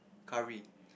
curry